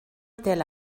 étaient